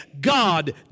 God